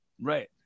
Right